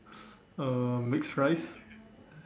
uh mixed rice